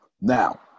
now